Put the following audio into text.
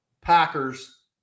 Packers